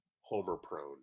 homer-prone